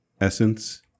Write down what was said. essence